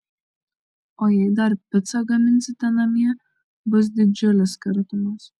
o jei dar picą gaminsite namie bus didžiulis skirtumas